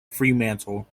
fremantle